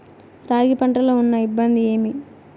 రాగి పంటలో ఉన్న ఇబ్బంది ఏమి?